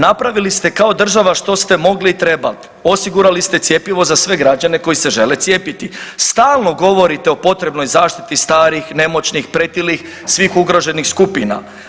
Napravili ste kao država što ste mogli i trebali, osigurali ste cjepivo za sve građane koji se žele cijepiti, stalno govorite o potrebnoj zaštiti starih, nemoćnih, pretilih, svih ugroženih skupina.